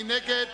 מי נגד